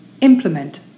Implement